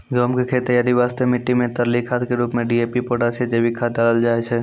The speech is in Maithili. गहूम के खेत तैयारी वास्ते मिट्टी मे तरली खाद के रूप मे डी.ए.पी पोटास या जैविक खाद डालल जाय छै